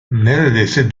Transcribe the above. neredeyse